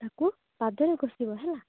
ତାକୁ ପାଦରେ ଘଷିବ ହେଲା